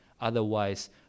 Otherwise